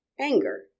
anger